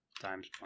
times